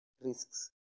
risks